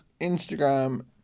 Instagram